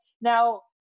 Now